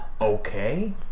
okay